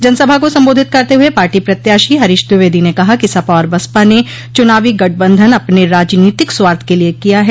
जनसभा को संबोधित करते हुए पार्टी प्रत्याशी हरीश द्विवेदी ने कहा कि सपा और बसपा ने चूनावी गठबंधन अपने राजनीतिक स्वार्थ के लिये किया है